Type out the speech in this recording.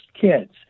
kids